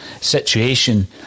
situation